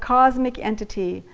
cosmic entity,